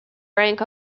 rank